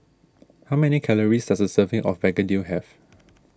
how many calories does a serving of Begedil have